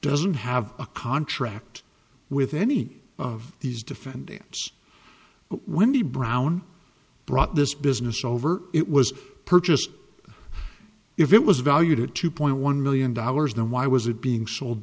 doesn't have a contract with any of these defendants when the brown brought this business over it was purchased if it was valued at two point one million dollars then why was it being sold